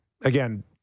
again